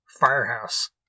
Firehouse